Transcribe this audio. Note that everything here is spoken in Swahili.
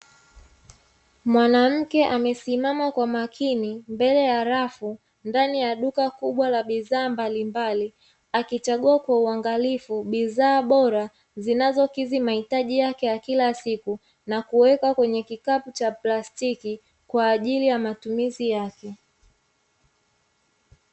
Mwanamke amesimama kwa makini, amesimama mbele ya rafu.